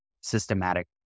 systematic